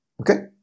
okay